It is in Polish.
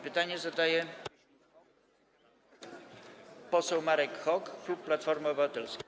Pytanie zadaje poseł Marek Hok, klub Platforma Obywatelska.